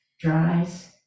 dries